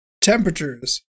temperatures